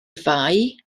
fai